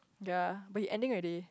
ya but he ending already